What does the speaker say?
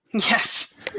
Yes